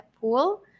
pool